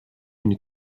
une